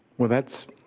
well, that's,